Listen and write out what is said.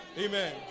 Amen